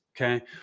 Okay